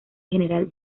general